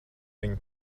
viņu